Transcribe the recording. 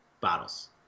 Bottles